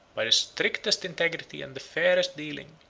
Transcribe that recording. by the strictest integrity and the fairest dealing,